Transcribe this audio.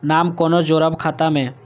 नाम कोना जोरब खाता मे